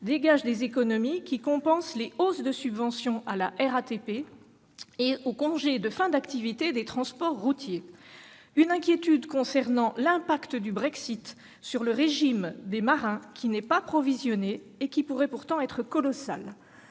dégagent des économies qui compensent les hausses de subvention à la RATP et du congé de fin d'activité des transports routiers. Nous nous inquiétons de l'impact du Brexit sur le régime des marins, qui n'est pas provisionné et qui pourrait pourtant être colossal.